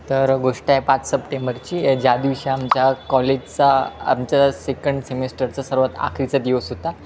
तर गोष्ट आहे पाच सप्टेंबरची ज्या दिवशी आमच्या कॉलेजचा आमचा सेकंड सेमिस्टरचा सर्वात आखरीचा दिवस होता